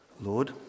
Lord